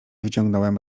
wyciągnąłem